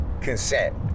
consent